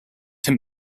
him